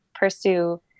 pursue